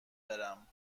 برم